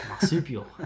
marsupial